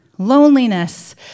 Loneliness